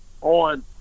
on